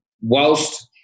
whilst